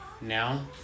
now